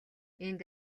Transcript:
энд